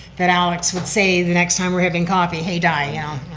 then alex would say the next time we're having coffee, hey, di,